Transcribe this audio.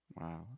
Wow